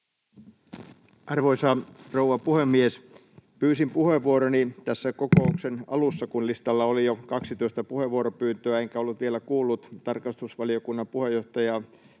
Arvoisa rouva puhemies! Pyysin puheenvuoroni tässä kokouksen alussa, kun listalla oli jo 12 puheenvuoropyyntöä enkä ollut vielä kuullut tarkastusvaliokunnan puheenjohtaja,